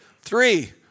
Three